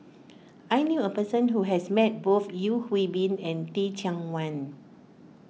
I knew a person who has met both Yeo Hwee Bin and Teh Cheang Wan